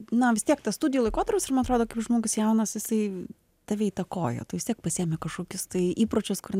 na vis tiek tas studijų laikotarpis ir man atrodo kaip žmogus jaunas jisai tave įtakoja tu vis tiek pasiėmi kažkokius tai įpročius kur